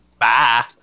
Bye